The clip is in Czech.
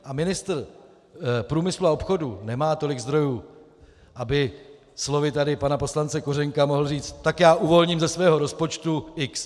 A ministr průmyslu a obchodu nemá tolik zdrojů, aby, slovy pana poslance Kořenka, mohl říct, tak já uvolním ze svého rozpočtu x.